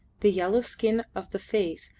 the yellow skin of the face,